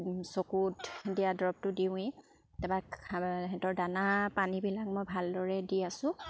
চকুত দিয়া দৰৱটো দিওঁৱেই তাপা সিহঁতৰ দানা পানীবিলাক মই ভালদৰে দি আছোঁ